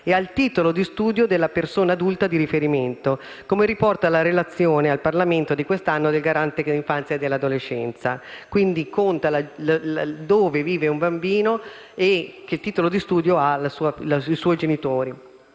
e al titolo di studio della persona adulta di riferimento, come riporta la relazione al Parlamento di quest'anno del Garante dell'infanzia dell'adolescenza. Quindi, conta dove vive un bambino e che titolo di studio hanno i suoi genitori.